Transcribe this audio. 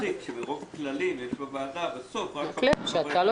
זה כל כך מצחיק שמרוב כללים יש בוועדה בסוף רק חמישה חברי כנסת.